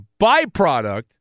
byproduct